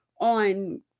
on